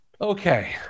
okay